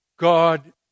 God